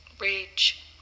Rage